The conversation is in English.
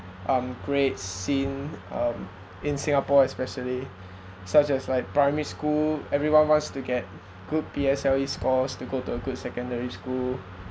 um grade seen um in singapore especially such as like primary school everyone wants to get good P_S_L_E scores to go to a good secondary school to